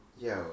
yo